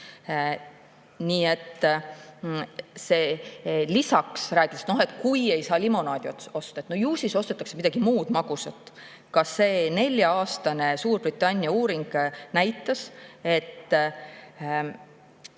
40%. Räägitakse, et kui ei saa limonaadi osta, ju siis ostetakse midagi muud magusat. Ka see nelja-aastane Suurbritannia uuring näitas, et